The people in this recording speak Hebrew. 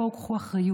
בואו, קחו אחריות.